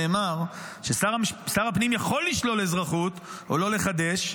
נאמר ששר הפנים יכול לשלול אזרחות או לא לחדש,